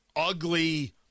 ugly